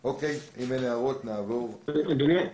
אם אין הערות, נעבור הלאה.